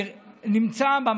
אני נמצא,